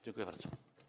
Dziękuję bardzo.